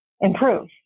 improve